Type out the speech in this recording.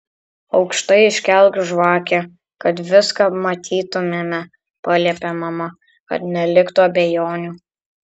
aukštai iškelk žvakę kad viską matytumėme paliepė mama kad neliktų abejonių